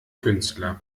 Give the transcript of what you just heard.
künstler